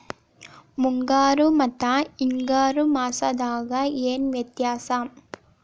ಮುಂಗಾರು ಮತ್ತ ಹಿಂಗಾರು ಮಾಸದಾಗ ಏನ್ ವ್ಯತ್ಯಾಸ?